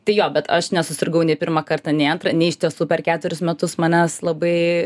tai jo bet aš nesusirgau nei pirmą kartą nei antrą nei iš tiesų per ketverius metus manęs labai